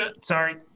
Sorry